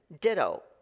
ditto